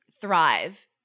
thrive